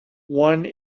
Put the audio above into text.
one